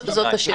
שניים.